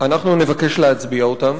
אנחנו נבקש להצביע עליהן.